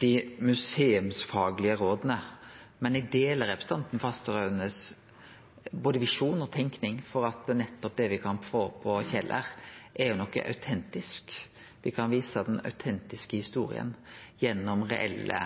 dei museumsfaglege råda, men eg deler representanten Fasteraunes både visjon og tenking om at det me kan få til på Kjeller, er noko autentisk. Me kan vise den autentiske historia gjennom reelle